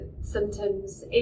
symptoms